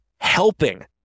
helping